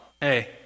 hey